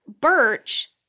birch